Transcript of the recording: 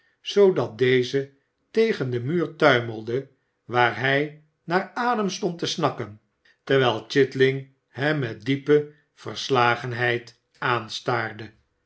zoodat deze tegen den muur tuimelde waar hij naar adem stond te snakken terwijl chitling hem met diepe verslagenheid aanstaarde